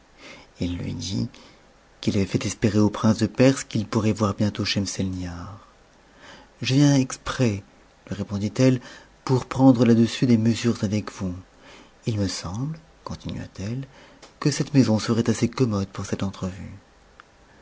il lui dit qu'il avait fait espérer au prince de perse qu'il pourrait voir bientôt schemselnihar je viens exprès lui répondit eue pour prendre là-dessus des mesures avec vous il me semble continua-t-elle que cette maison serait assez commode pour cette entrevue